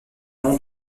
nom